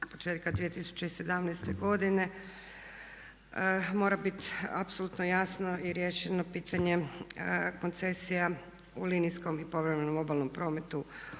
početka 2017. godine mora biti apsolutno jasno i riješeno pitanje koncesija u linijskom i povremenom obalnom prometu